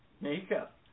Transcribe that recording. Makeup